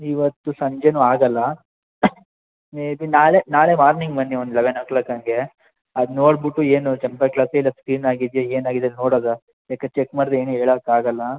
ಇವತ್ತು ಸಂಜೆನೂ ಆಗೋಲ್ಲ ನೀವು ಇದು ನಾಳೆ ನಾಳೆ ಮಾರ್ನಿಂಗ್ ಬನ್ನಿ ಒಂದು ಲೆವನ್ ಓ ಕ್ಲಾಕ್ ಹಂಗೆ ಅದು ನೋಡ್ಬಿಟ್ಟು ಏನು ಟೆಂಪರ್ ಗ್ಲಾಸ್ ಇಲ್ಲ ಸ್ಕ್ರೀನ್ ಆಗಿದೆಯ ಏನಾಗಿದೆ ನೋಡೋದ ಯಾಕೆನ್ ಚೆಕ್ ಮಾಡದೇ ಏನೂ ಹೇಳಕ್ ಆಗೋಲ್ಲ